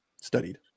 studied